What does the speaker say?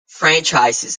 franchises